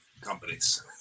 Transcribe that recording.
companies